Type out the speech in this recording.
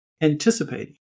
anticipating